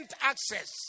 access